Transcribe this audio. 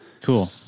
Cool